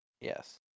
Yes